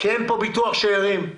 אין פה ביטוח שארים.